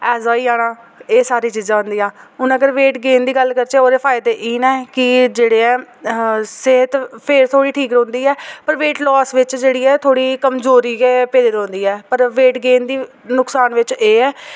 हैजा होई जाना एह् सारी चीज़ा होन्दियां हून अगर वेट गेन दी गल्ल करचै ओह्दे फायदे एह् न की जेह्ड़े ऐ सेह्त फिर थोह्ड़ी ठीक रौह्ंदी ऐ पर वेट लॉस बिच जेह्ड़ी ऐ थोह्ड़ी कमज़ोरी गै पेदी रौह्ंदी ऐ पर वेट गेन दी नुकसान बिच एह् ऐ